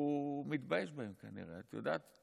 מתבייש בהם, כנראה, את יודעת,